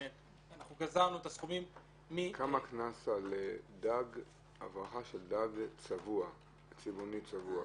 גזרנו את הסכומים --- כמה קנס יש על הברחה של דג צבעוני צבוע?